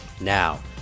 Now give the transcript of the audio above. Now